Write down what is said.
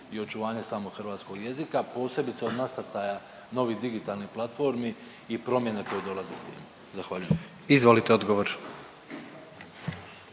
i očuvanje samog hrvatskog jezika, posebice od nasrtaja novih digitalnih platformi i promjene koje dolaze s time. Zahvaljujem. **Jandroković,